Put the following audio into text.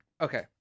Okay